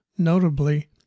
Notably